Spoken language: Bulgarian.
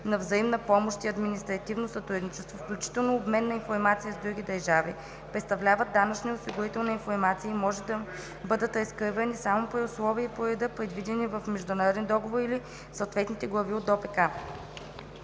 на взаимната помощ и административното сътрудничество, включително обменът на информация с други държави, представляват данъчна и осигурителна информация и може да бъде разкривана само при условията и по реда, предвидени в международен договор или в съответните глави от ДОПК.